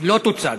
לא תוצג.